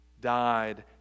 died